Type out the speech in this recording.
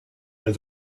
and